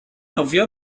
nofio